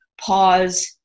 pause